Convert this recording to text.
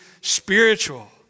spiritual